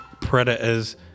predators